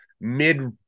mid